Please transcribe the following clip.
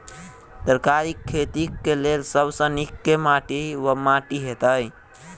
तरकारीक खेती केँ लेल सब सऽ नीक केँ माटि वा माटि हेतै?